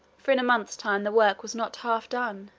for in a month's time the work was not half done.